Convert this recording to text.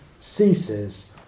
ceases